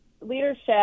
leadership